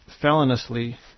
feloniously